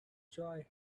joy